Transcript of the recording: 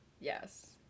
Yes